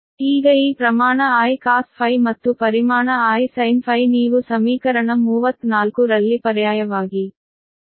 ಈಗ ಈ ಪ್ರಮಾಣ |I|cos⁡∅ ಮತ್ತು ಪರಿಮಾಣ |I|sin⁡∅ ನೀವು ಸಮೀಕರಣ 34 ರಲ್ಲಿ ಪರ್ಯಾಯವಾಗಿ